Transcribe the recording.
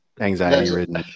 anxiety-ridden